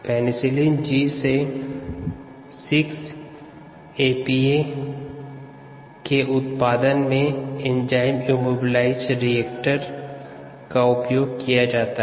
penicillin G से 6 APA का रूपांतरण में एंजाइम इमोबिलाइज्ड रिएक्टर का उपयोग किया जाता है